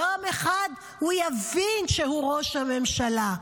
יום אחד הוא יבין שהוא ראש הממשלה.